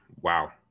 Wow